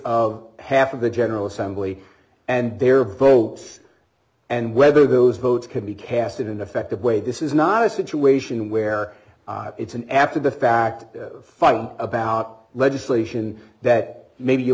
of half of the general assembly and their votes and whether those votes can be cast in an effective way this is not a situation where it's an after the fact fight about legislation that maybe you